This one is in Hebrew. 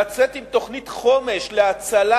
לצאת עם תוכנית חומש להצלה